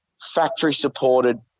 factory-supported